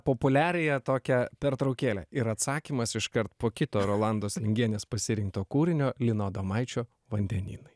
populiariąją tokią pertraukėlę ir atsakymas iškart po kito rolandos lingienės pasirinkto kūrinio lino adomaičio vandenynai